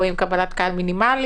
או עם קבלת קהל מינימלית,